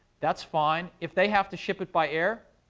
that's fine. if they have to ship it by air,